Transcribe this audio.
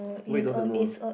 why you don't want to know